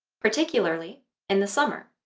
particularly in the summer.